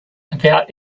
about